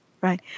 right